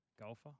golfer